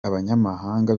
abanyamahanga